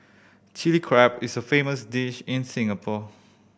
Chilli Crab is a famous dish in Singapore